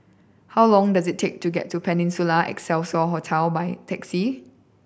how long does it take to get to Peninsula Excelsior Hotel by taxi